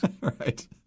Right